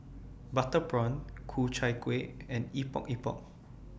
Butter Prawn Ku Chai Kuih and Epok Epok